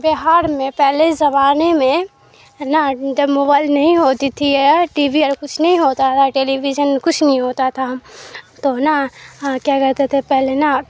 بہار میں پہلے زمانے میں نا جب موبائل نہیں ہوتی تھی ہے ٹی وی اور کچھ نہیں ہوتا تھا ٹیلیویژن کچھ نہیں ہوتا تھا تو نا ہم کیا کہتے تھے پہلے نا